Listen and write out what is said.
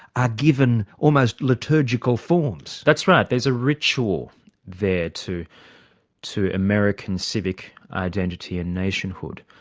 are given almost liturgical forms. that's right. there's a ritual there to to american civic identity and nationhood.